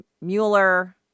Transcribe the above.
Mueller